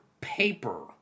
paper